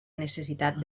necessitat